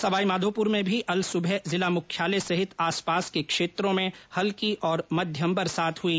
सवाईमाधोपुर में भी अलसुबह जिला मुख्यालय सहित आस पास के क्षेत्रों में हल्की और मध्यम बरसात हुई